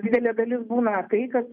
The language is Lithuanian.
didelė dalis būna tai kad